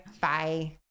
Bye